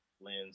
lens